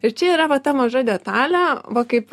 ir čia yra va ta maža detalė va kaip